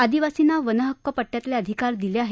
आदिवासींना वनहक्क पट्टयातले अधिकार दिले आहेत